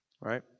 right